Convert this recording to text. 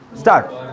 start